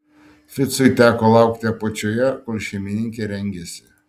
ficui teko laukti apačioje kol šeimininkė rengėsi